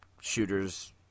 shooters